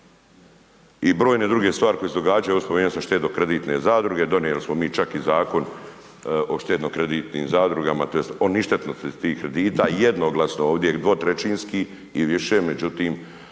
i brojne druge stvari koje su se događale, evo spomenuo sam štedno-kreditne zadruge donijeli smo mi čak i Zakon o štedno-kreditnim zadrugama, o ništetnosti tih kredita i jednoglasno ovdje 2/3-ski i više, međutim